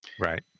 Right